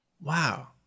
Wow